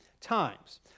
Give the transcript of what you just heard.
times